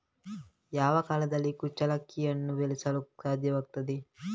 ಯಾವ ಕಾಲದಲ್ಲಿ ಕುಚ್ಚಲಕ್ಕಿಯನ್ನು ಬೆಳೆಸಲು ಸಾಧ್ಯವಾಗ್ತದೆ?